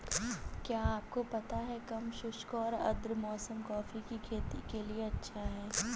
क्या आपको पता है कम शुष्क और आद्र मौसम कॉफ़ी की खेती के लिए अच्छा है?